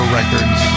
Records